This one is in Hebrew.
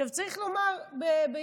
עכשיו, צריך לומר ביושר,